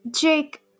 Jake